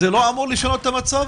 זה לא אמור לשנות את המצב?